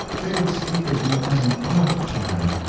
they would speak of you as an odd child,